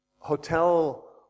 Hotel